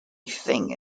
thing